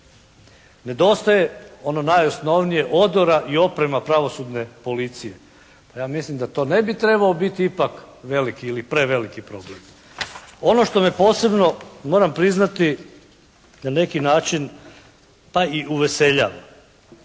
nedostaje ono najosnovnije odora i oprema pravosudne policije. Ja mislim da to ne bi trebao biti ipak veliki ili preveliki problem. Ono što me posebno moram priznati na neki način pa i uveseljava